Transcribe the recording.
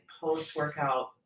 post-workout